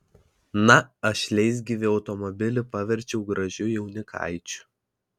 na aš leisgyvį automobilį paverčiau gražiu jaunikaičiu